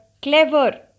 Clever